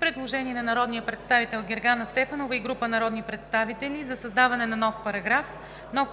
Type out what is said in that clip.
Предложение на народния представител Гергана Стефанова и група народни представители: „Създава се §...:„§... В чл. 87, ал.